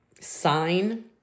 sign